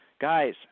Guys